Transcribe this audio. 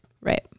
Right